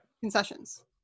Concessions